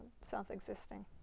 self-existing